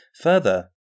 Further